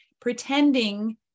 pretending